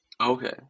Okay